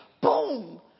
boom